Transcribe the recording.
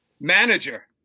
manager